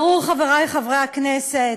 ברור, חברי חברי הכנסת,